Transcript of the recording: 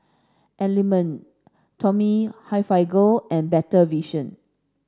Element Tommy Hilfiger and Better Vision